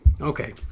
Okay